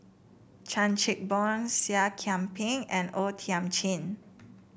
Chan Chin Bock Seah Kian Peng and O Thiam Chin